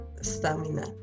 stamina